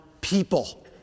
people